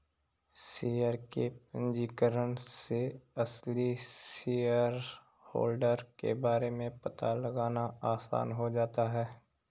share के पंजीकरण से असली शेयरहोल्डर के बारे में पता लगाना आसान हो जाता है